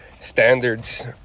standards